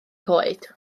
coed